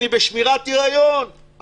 אני בשמירת היריון,